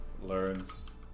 learns